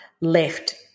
left